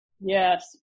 Yes